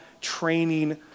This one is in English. training